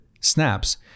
snaps